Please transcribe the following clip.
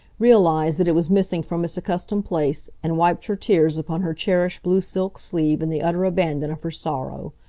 realized that it was missing from its accustomed place, and wiped her tears upon her cherished blue silk sleeve in the utter abandon of her sorrow.